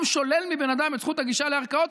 שולל מבן אדם את זכות הגישה לערכאות,